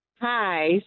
Hi